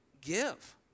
give